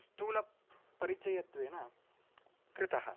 स्तूल परिचयत्वेन कृतः